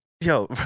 Yo